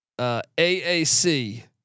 AAC